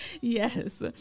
Yes